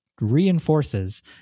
reinforces